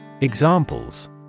Examples